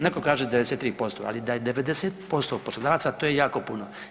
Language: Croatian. Netko kaže 93%, ali da je 90% poslodavaca to je jako puno.